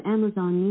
Amazon